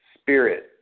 spirit